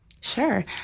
Sure